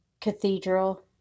cathedral